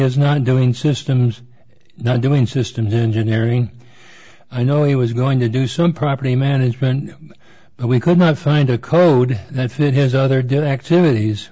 was not doing systems not doing systems engineering i know he was going to do some property management but we could not find a code that fit his other did activities